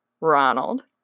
Ronald